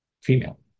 female